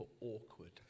awkward